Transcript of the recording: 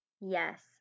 Yes